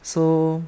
so